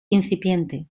incipiente